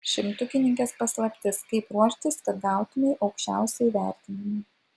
šimtukininkės paslaptis kaip ruoštis kad gautumei aukščiausią įvertinimą